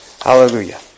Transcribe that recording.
Hallelujah